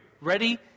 Ready